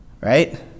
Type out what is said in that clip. Right